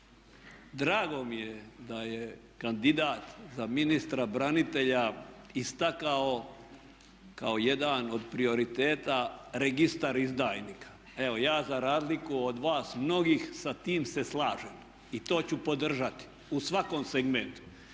Drago mi je da je kandidat za ministra branitelja istakao kao jedan od prioriteta registar izdajnika. Evo ja za razliku od vas mnogih sa tim se slažem i to ću podržati u svakom segmentu.